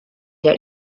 der